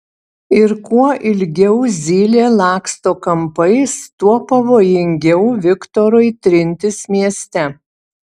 ir kuo ilgiau zylė laksto kampais tuo pavojingiau viktorui trintis mieste